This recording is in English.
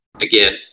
again